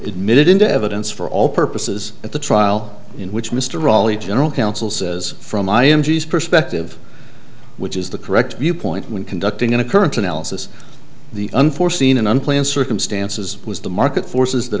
admitted into evidence for all purposes at the trial in which mr raleigh general counsel says from i am g s perspective which is the correct viewpoint when conducting a current analysis the unforeseen and unplanned circumstances was the market forces that